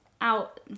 out